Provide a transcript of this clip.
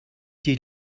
die